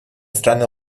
страны